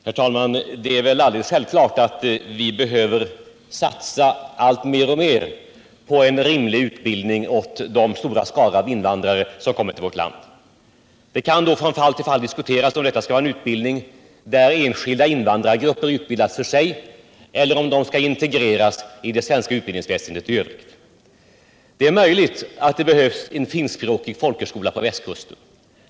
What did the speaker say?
Herr talman! Det är väl alldeles självklart att vi behöver satsa alltmer på en rimlig utbildning åt de stora skaror av invandrare som kommit till vårt land. Det kan då från fall till fall diskuteras om detta skall vara en utbildning där enskilda invandrargrupper utbildas var för sig eller om de skall integreras i det svenska utbildningsväsendet i övrigt. Det är möjligt att det behövs en finskspråkig folkhögskola på västkusten.